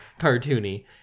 cartoony